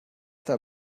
der